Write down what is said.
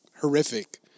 horrific